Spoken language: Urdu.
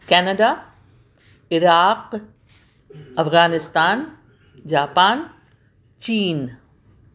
Canada Iraq Afghanistan Japan chain